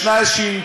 לשקר שלך,